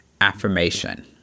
affirmation